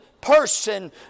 person